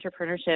entrepreneurship